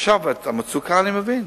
את המצוקה אני מבין,